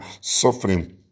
suffering